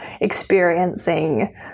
experiencing